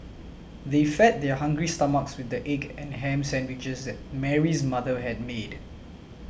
they fed their hungry stomachs with the egg and ham sandwiches that Mary's mother had made